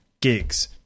gigs